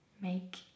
make